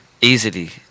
Easily